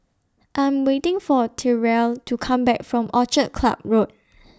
I Am waiting For Terell to Come Back from Orchid Club Road